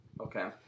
Okay